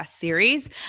series